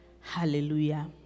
Hallelujah